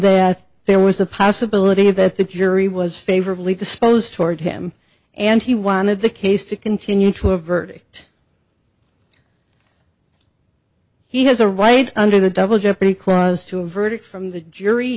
that there was a possibility that the jury was favorably disposed toward him and he wanted the case to continue to a verdict he has a right under the double jeopardy clause to a verdict from the jury